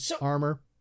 armor